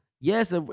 Yes